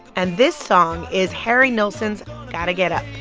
and this song is harry nilsson's gotta get up